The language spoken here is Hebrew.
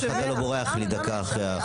אתה בורח לי דקה אחרי החוק הזה.